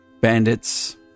bandits